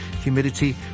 humidity